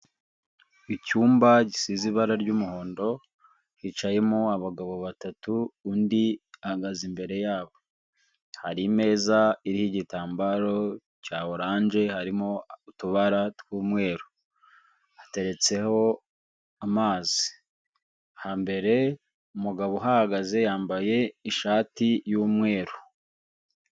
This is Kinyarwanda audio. Icyumba gisize ibara ry'umuhondo, hicayemo abagabo batatu, undi ahagaze imbere yabo. Hari ameeza irigitambaro cya oranje, harimo utubara tw'umweru, hateretseho amazi, hambere, umugabo uhagaze, yambaye ishati y'umweru.